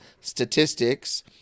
statistics